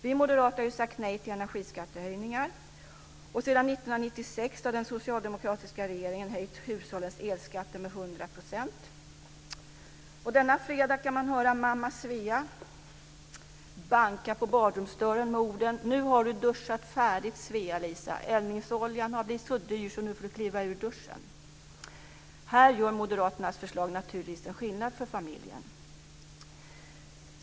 Vi moderater har ju sagt nej till energiskattehöjningar. Sedan 1996 har den socialdemokratiska regeringen höjt hushållens elskatter med hundra procent. Denna fredag kan man höra mamma Svea banka på badrumsdörren med orden: Nu har du duschat färdigt, Svea-Lisa, eldingsoljan har blivit så dyr så nu får du kliva ur duschen! Här innebär Moderaternas förslag naturligtvis en skillnad för familjen.